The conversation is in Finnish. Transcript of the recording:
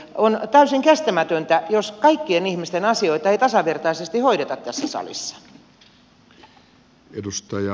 on täysin kestämätöntä jos kaikkien ihmisten asioita ei tasavertaisesti hoideta tässä salissa